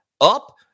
up